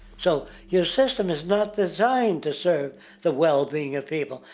so your system is not designed to serve the well-being of people.